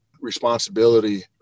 responsibility